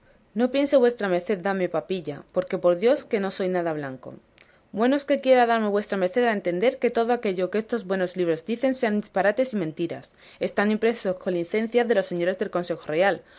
no piense vuestra merced darme papilla porque por dios que no soy nada blanco bueno es que quiera darme vuestra merced a entender que todo aquello que estos buenos libros dicen sea disparates y mentiras estando impreso con licencia de los señores del consejo real